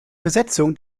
besetzung